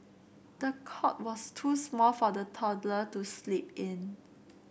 the cot was too small for the toddler to sleep in